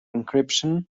encryption